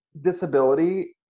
disability